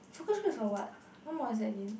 focus group is for what what mod is that again